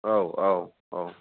औ औ औ